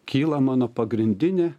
kyla mano pagrindinė